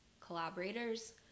collaborators